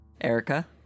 Erica